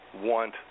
want